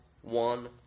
one